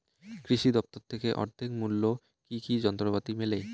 কৃষি দফতর থেকে অর্ধেক মূল্য কি কি যন্ত্রপাতি মেলে?